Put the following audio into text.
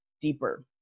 deeper